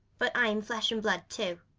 but i'm flesh and blood, too,